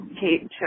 Kate